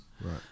Right